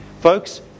Folks